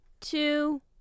two